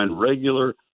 regular